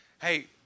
hey